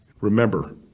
Remember